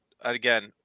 again